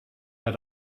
had